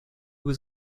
was